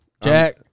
Jack